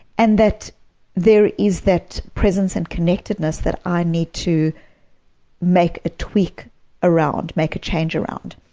and that there is that presence and connectedness that i need to make a tweak around, make a change around.